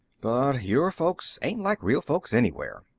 but your folks ain't like real folks anywhere.